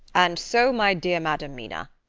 and so, my dear madam mina,